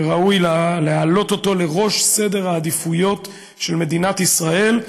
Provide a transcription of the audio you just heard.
וראוי להעלות אותו לראש סדר העדיפויות של מדינת ישראל.